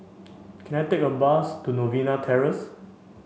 can I take a bus to Novena Terrace